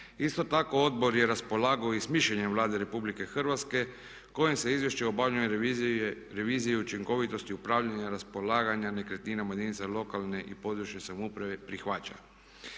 Isto tako Odbor je raspolagao i s mišljenjem Vlade RH kojem se izvješće o obavljanju revizije učinkovitosti, upravljanja, raspolaganja nekretninama jedinice lokalne i područne samouprave prihvaća.